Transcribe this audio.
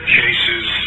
cases